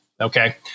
okay